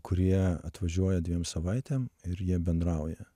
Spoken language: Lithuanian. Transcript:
kurie atvažiuoja dviem savaitėm ir jie bendrauja